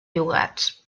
llogats